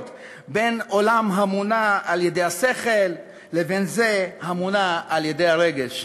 בין עולם המונע על-ידי השכל לבין זה המונע על-ידי הרגש,